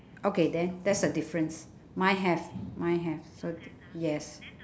okay then that's a difference mine have mine have so yes